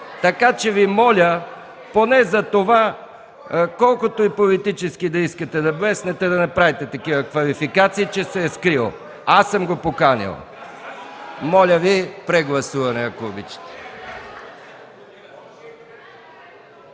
Така че Ви моля поне за това колкото и политически да искате да блеснете, да не правите такива квалификации, че се е скрил. Аз съм го поканил. Моля, прегласуване. Гласували